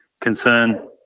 concern